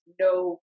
no